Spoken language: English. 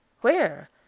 Where